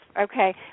Okay